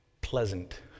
pleasant